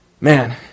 man